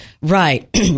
Right